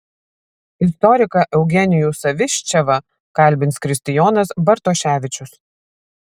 istoriką eugenijų saviščevą kalbins kristijonas bartoševičius